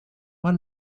war